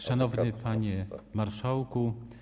Szanowny Panie Marszałku!